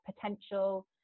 potential